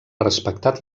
respectat